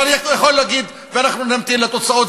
אבל היה יכול להגיד: אנחנו נמתין לתוצאות,